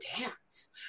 dance